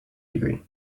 degree